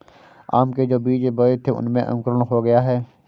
आम के जो बीज बोए थे उनमें अंकुरण हो गया है